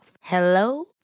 Hello